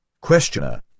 Questioner